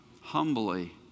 humbly